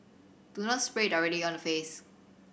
do not spray it directly on the face